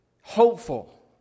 hopeful